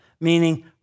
meaning